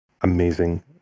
amazing